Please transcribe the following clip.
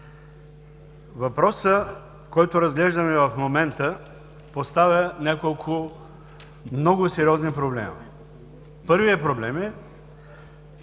Въпросът, който разглеждаме в момента, поставя няколко много сериозни проблема. Първият проблем е,